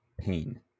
pain